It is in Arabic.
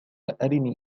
أرني